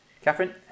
Catherine